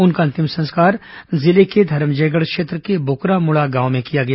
उनका अंतिम संस्कार जिले के धरमजयगढ़ क्षेत्र के बोकरामुड़ा गांव में किया गया